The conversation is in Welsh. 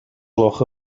gloch